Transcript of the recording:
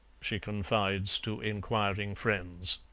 she confides to inquiring friends.